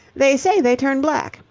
they say they turn black.